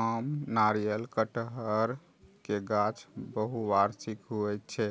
आम, नारियल, कहटर के गाछ बहुवार्षिक होइ छै,